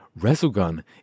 resogun